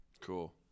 Cool